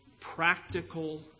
practical